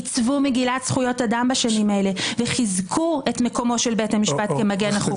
עיצבו מגילות זכויות אדם וחיזקו את מקומו של בית המשפט כמגן החוקה.